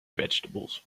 vegetables